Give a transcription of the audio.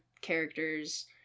characters